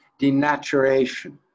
denaturation